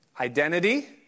Identity